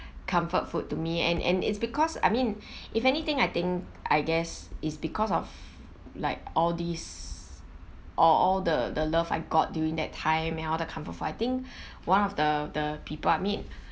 comfort food to me and and it's because I mean if anything I think I guess is because of like all these all the the love I got during that time and all the comfort food I think one of the the people I meet